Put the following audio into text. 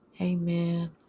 Amen